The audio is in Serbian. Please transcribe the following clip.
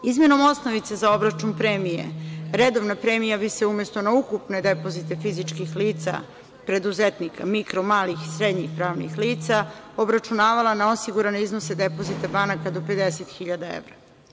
Izmenom osnovice za obračun premije, redovna premija bi se umesto na ukupne depozite fizičkih lica preduzetnika, mikro, malih i srednjih pravnih lica, obračunavala na osigurane iznose depozita banaka do 50 hiljada evra.